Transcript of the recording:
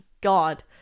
god